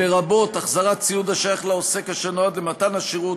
לרבות החזרת ציוד השייך לעוסק אשר נועד למתן השירות,